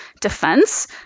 defense